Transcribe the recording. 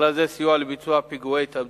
ובכלל זה סיוע לביצוע פיגוע התאבדות.